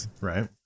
right